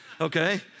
Okay